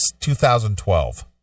2012